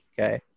Okay